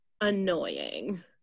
annoying